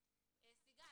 סיגל,